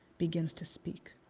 begins to speak.